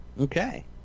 Okay